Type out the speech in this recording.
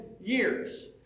years